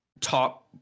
top